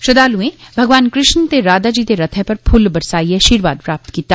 श्रद्धाल्एं भगवान कृष्ण ते राधा जी दे रथै धर फ्ल्ल बरसाइयै आर्शीवाद प्राप्त कीता